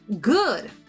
good